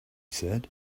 said